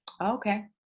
Okay